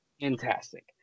fantastic